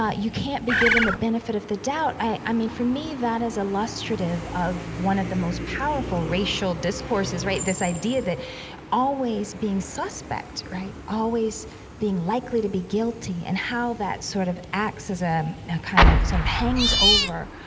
ah you can't be given the benefit of the doubt. i mean, for me, that is illustrative of one of the most powerful racial discourses, right? this idea that always being suspect, right? always being likely to be guilty, and how that sort of acts as a ah kind of sort of hangs over,